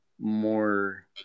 more